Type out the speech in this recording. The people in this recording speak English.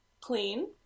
clean